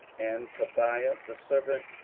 and tobiah the servant,